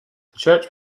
church